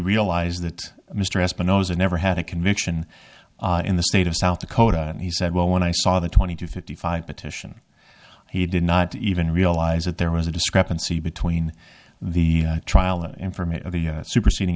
realized that mr espinosa never had a conviction in the state of south dakota and he said well when i saw the twenty to fifty five petition he did not even realize that there was a discrepancy between the trial and from the superseding